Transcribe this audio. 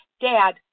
Dad